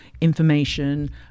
information